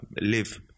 live